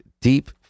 deep